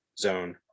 zone